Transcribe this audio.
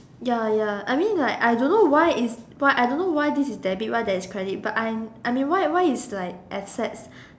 ya ya I mean like I don't know why is I don't know why this is debit why that is credit but I I mean why why is like asset